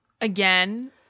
Again